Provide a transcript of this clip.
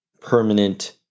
permanent